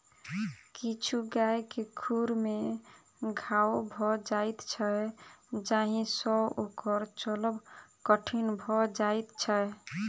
किछु गाय के खुर मे घाओ भ जाइत छै जाहि सँ ओकर चलब कठिन भ जाइत छै